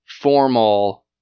formal